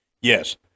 Yes